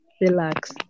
Relax